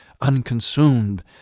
unconsumed